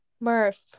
Murph